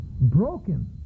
broken